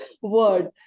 word